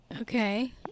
Okay